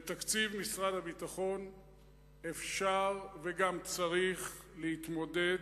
בתקציב משרד הביטחון אפשר וגם צריך להתמודד